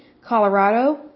Colorado